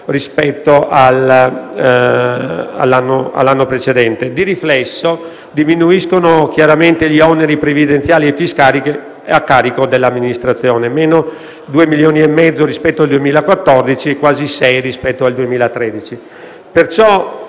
rispetto all'anno precedente. Di riflesso, diminuiscono chiaramente gli oneri previdenziali e fiscali a carico dell'Amministrazione: -2,5 milioni di euro rispetto al 2014, quasi -6 milioni rispetto al 2013.